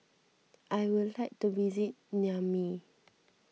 I would like to visit Niamey